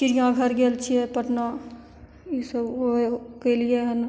चिड़िया घर गेल छियै पटना इसब ओइ कयलिए हन